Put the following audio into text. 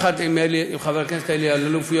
יחד עם חבר הכנסת אלי אלאלוף,